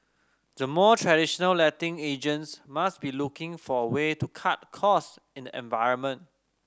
the more traditional letting agents must be looking for a way to cut costs in the environment